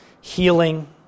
healing